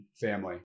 family